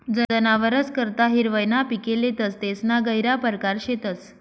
जनावरस करता हिरवय ना पिके लेतस तेसना गहिरा परकार शेतस